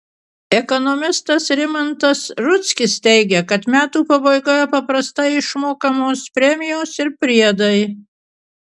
ekonomistas rimantas rudzkis teigia kad metų pabaigoje paprastai išmokamos premijos ir priedai